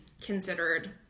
considered